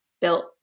built